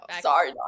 sorry